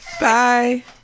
Bye